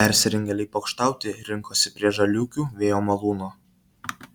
persirengėliai pokštauti rinkosi prie žaliūkių vėjo malūno